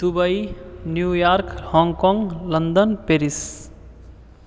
Dubai New York Hong Kong London Paris